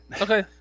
Okay